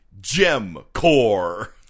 GEMCORE